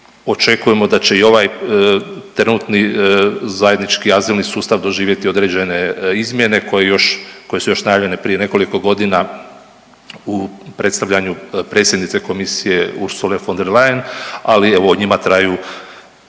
očekujemo da će i ovaj trenutni zajednički azilni sustav doživjeti određene izmjene koje još, koje su još najavljene prije nekoliko godina u predstavljanju predstavnice komisije Ursule von der Leyen, ali evo o njima traju